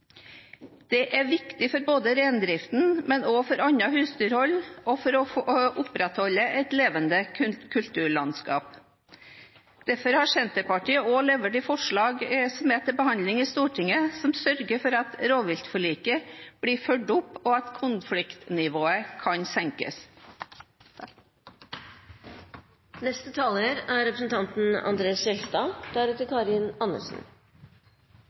er viktig for reindriften, og også for annet husdyrhold, og for å opprettholde et levende kulturlandskap. Derfor har Senterpartiet også levert inn forslag til behandling i Stortinget – for å sørge for at rovviltforliket blir fulgt opp, og at konfliktnivået kan senkes. Det er en enstemmig innstilling fra komiteen som belyser hvor viktig kultur og språk er,